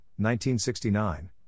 1969